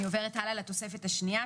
אני עוברת לתוספת השנייה,